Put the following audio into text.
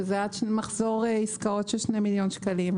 שזה עד מחזור עסקאות של 2 מיליון שקלים,